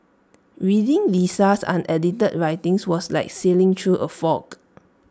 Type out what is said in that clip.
reading Lisa's unedited writings was like sailing through A fog